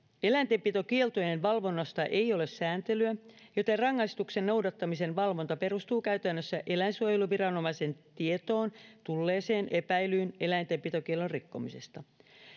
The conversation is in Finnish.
eläintenpitokieltojen valvonnasta ei ole sääntelyä joten rangaistuksen noudattamisen valvonta perustuu käytännössä eläinsuojeluviranomaisen tietoon tulleeseen epäilyyn eläintenpitokiellon rikkomisesta